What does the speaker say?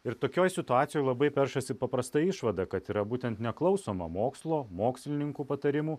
ir tokioj situacijoj labai peršasi paprasta išvada kad yra būtent neklausoma mokslo mokslininkų patarimų